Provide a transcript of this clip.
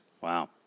Wow